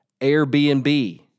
Airbnb